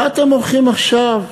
מה אתם הולכים עכשיו